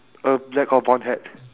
a black or brown hat